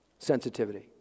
Sensitivity